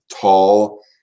tall